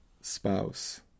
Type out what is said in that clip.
spouse